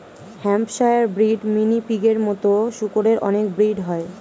Hampshire breed, mini পিগের মতো শুকরের অনেক ব্রিড হয়